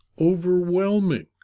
overwhelming